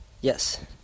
Yes